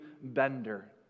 Bender